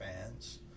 fans